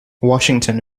washington